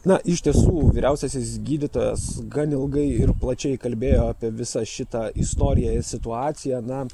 na iš tiesų vyriausiasis gydytojas gan ilgai ir plačiai kalbėjo apie visą šitą istoriją ir situaciją na